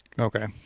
okay